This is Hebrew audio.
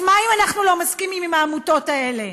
אז מה אם אנחנו לא מסכימים עם העמותות האלה,